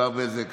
ענבר בזק,